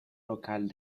local